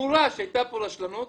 שברור שהייתה פה רשלנות,